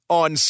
on